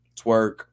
twerk